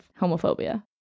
homophobia